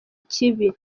ikibi